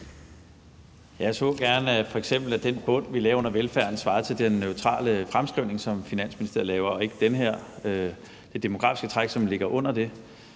Jeg så gerne, at f.eks. den bund, vi lagde under velfærden, svarede til den neutrale fremskrivning, som Finansministeriet laver, og ikke det demografiske træk, som ligger under det.